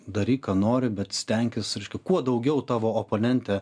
daryk ką nori bet stenkis reiškia kuo daugiau tavo oponente